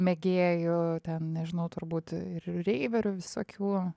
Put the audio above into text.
mėgėjų ten nežinau turbūt ir reiverių visokių